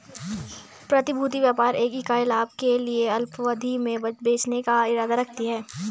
प्रतिभूति व्यापार एक इकाई लाभ के लिए अल्पावधि में बेचने का इरादा रखती है